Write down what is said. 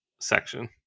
section